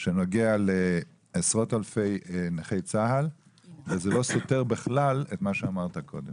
שנוגע לעשרות אלפי נכי צה"ל וזה בכלל לא סותר את מה שאמרת קודם.